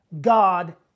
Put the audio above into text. God